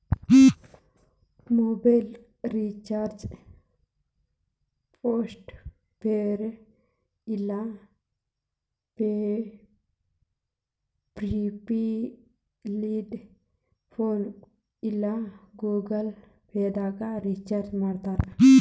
mobile recharge post ಪೇಡರ ಇರ್ಲಿ prepaid ಇರ್ಲಿ ಫೋನ್ಪೇ ಇಲ್ಲಾ ಗೂಗಲ್ ಪೇದಾಗ್ ರಿಚಾರ್ಜ್ಮಾಡ್ತಾರ